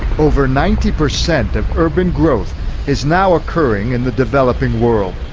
over ninety percent of urban growth is now occurring in the developing world.